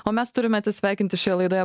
o mes turim atsisveikinti šioje laidoje